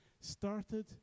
started